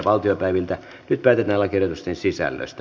nyt päätetään lakiehdotusten sisällöstä